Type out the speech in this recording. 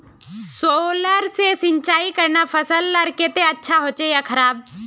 Solar से सिंचाई करना फसल लार केते अच्छा होचे या खराब?